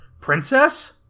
Princess